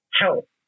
help